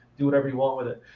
do whatever you want with it.